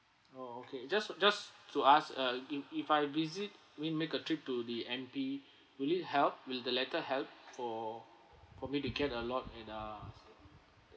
oh okay just just to ask uh if if I visit mean make a trip to the M_P will it help will the letter help for probably to get a lot in ah